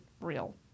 real